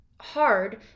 hard